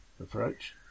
approach